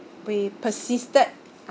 we persisted